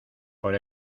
por